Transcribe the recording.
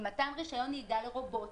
עם מתן רישיון נהיגה לרובוט,